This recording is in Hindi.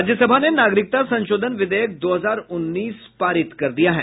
राज्यसभा ने नागरिकता संशोधन विधेयक दो हजार उन्नीस पारित कर दिया है